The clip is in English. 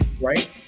Right